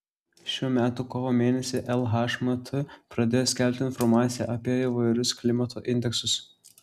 šių metų kovo mėnesį lhmt pradėjo skelbti informaciją apie įvairius klimato indeksus